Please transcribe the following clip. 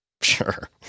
Sure